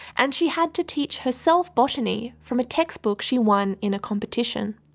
and she had to teach herself botany from a textbook she won in a competition.